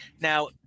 now